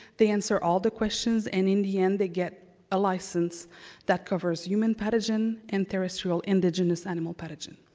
they answer all the questions and in the end they get a license that covers human pathogen and terrestrial indigenous animal pathogen.